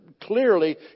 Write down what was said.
Clearly